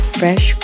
fresh